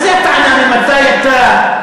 מה זה הטענה ממתי אתה,